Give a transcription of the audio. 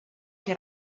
che